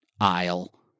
Isle